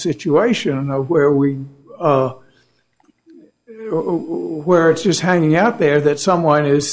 situation where we where it's just hanging out there that someone is